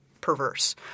perverse